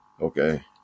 Okay